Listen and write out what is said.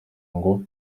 ngo